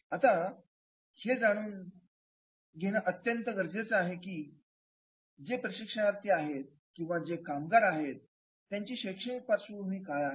आता हे जाणून घेणं हे अत्यंत गरजेचे आहे की जे प्रशिक्षणार्थी आहेत किंवा चे कामगार आहेत त्यांची शैक्षणिक पार्श्वभूमी काय आहे